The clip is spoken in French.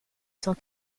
cent